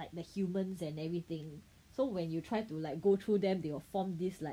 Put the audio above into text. like the humans and everything so when you try to like go through them they will form this like